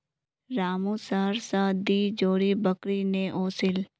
रामू शहर स दी जोड़ी बकरी ने ओसील